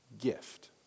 gift